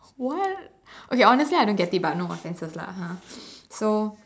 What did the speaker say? what okay honestly I don't get it but no offences lah ha so